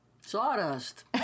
Sawdust